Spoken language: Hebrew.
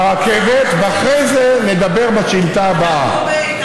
עבור נשים,